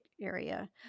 area